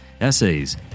essays